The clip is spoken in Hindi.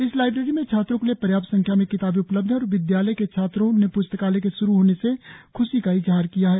इस लाईब्रेरी में छात्रों के लिए पर्याप्त संख्या में किताबें उपलब्ध है और विद्यालय के छात्रों ने प्स्कालय के शुरु होने से खुशी का इजहार किया है